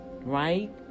right